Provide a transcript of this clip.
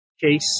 case